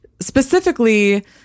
specifically